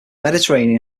mediterranean